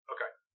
Okay